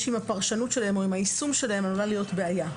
שעם הפרשנות שלהם או עם היישום שלהם עלולה להיות בעיה.